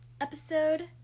episode